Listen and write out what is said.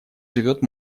живет